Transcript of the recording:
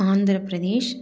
Andhra Pradesh